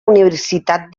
universitat